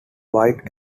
white